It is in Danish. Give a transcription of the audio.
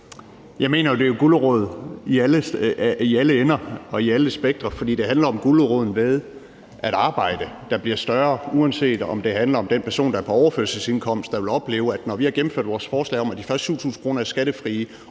Jeg mener jo, det er gulerod i alle ender og i alle spektre, fordi det handler om guleroden ved at arbejde, der bliver større, også hvis det handler om den person, der er på overførselsindkomst, og som vil opleve, at når vi har gennemført vores forslag om, at de første 7.000 kr. er skattefri,